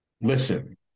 Listen